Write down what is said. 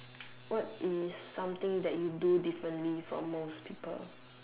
what is something that you do differently from most people